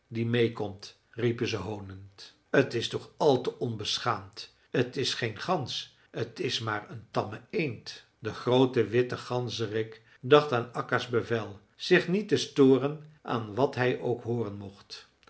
die meêkomt riepen ze honend t is toch àl te onbeschaamd t is geen gans t is maar een tamme eend de groote witte ganzerik dacht aan akka's bevel zich niet te storen aan wat hij ook hooren mocht